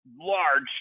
large